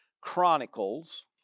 Chronicles